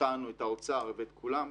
--- את האוצר ואת כולם,